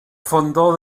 fondó